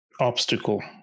obstacle